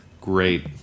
great